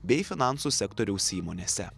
bei finansų sektoriaus įmonėse